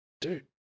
dude